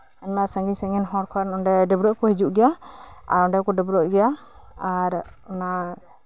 ᱟᱭᱢᱟ ᱥᱟᱹᱜᱤᱧ ᱥᱟᱹᱜᱤᱧ ᱦᱚᱲ ᱰᱟᱹᱵᱽᱨᱟᱹ ᱠᱚ ᱦᱤᱡᱩᱜ ᱜᱮᱭᱟ ᱚᱱᱰᱮ ᱠᱚ ᱰᱟᱹᱵᱽᱨᱟᱹᱜ ᱜᱮᱭᱟ ᱟᱨ ᱚᱱᱟ